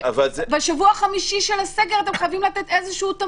בשבוע החמישי של הסגר אתם חייבים לתת תמריץ.